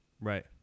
right